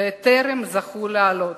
טרם זכו לעלות.